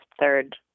third